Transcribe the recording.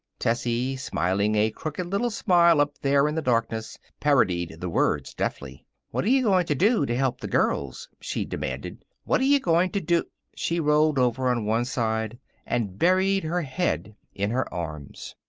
tessie, smiling a crooked little smile up there in the darkness, parodied the words deftly what're you going to do to help the girls? she demanded. what're you going to do she rolled over on one side and buried her head in her arms.